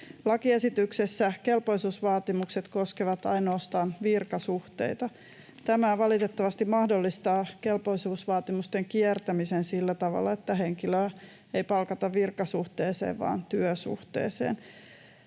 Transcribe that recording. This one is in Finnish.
Lakiesityksessä kelpoisuusvaatimukset koskevat ainoastaan virkasuhteita. Tämä valitettavasti mahdollistaa kelpoisuusvaatimusten kiertämisen sillä tavalla, että henkilöä ei palkata virkasuhteeseen vaan työsuhteeseen.